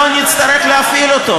לא נצטרך להפעיל אותו,